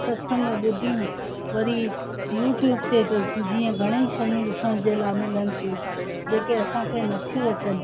सत्संग ॿुधूं वरी यूट्यूब ते पंहिंजी जीअं घणेई शयूं ॾिसण जे लाइ मिलनि थियूं जेके असांखे नथियूं अचनि